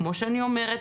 כמו שאני אומרת,